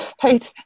paid